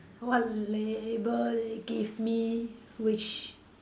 what label they give me which